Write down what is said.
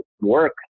work